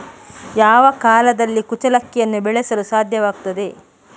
ಯಾವ ಕಾಲದಲ್ಲಿ ಕುಚ್ಚಲಕ್ಕಿಯನ್ನು ಬೆಳೆಸಲು ಸಾಧ್ಯವಾಗ್ತದೆ?